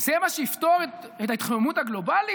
זה מה שיפתור את ההתחממות הגלובלית?